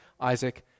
Isaac